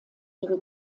ihre